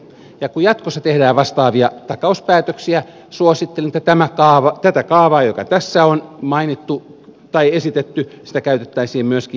ja kun jatkossa tehdään vastaavia takauspäätöksiä suosittelen että tätä kaavaa joka tässä on esitetty käytettäisiin myöskin jatkossa